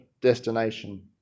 destination